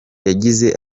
yagize